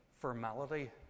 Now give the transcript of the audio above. formality